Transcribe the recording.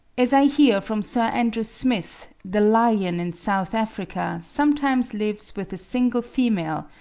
as i hear from sir andrew smith, the lion in south africa sometimes lives with a single female,